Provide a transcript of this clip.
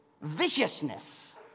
viciousness